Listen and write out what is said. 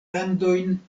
landojn